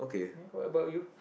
what about you